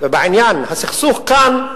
ובעניין הסכסוך כאן,